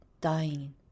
dying